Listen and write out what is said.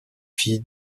fille